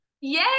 yay